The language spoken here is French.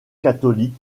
catholique